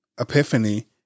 epiphany